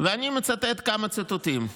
ואני מצטט כמה ציטוטים: